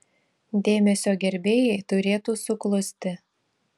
dėmesio gerbėjai turėtų suklusti